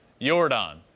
Jordan